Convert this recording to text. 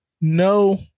No